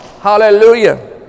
Hallelujah